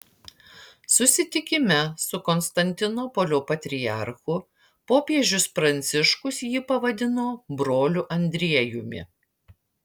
susitikime su konstantinopolio patriarchu popiežius pranciškus jį pavadino broliu andriejumi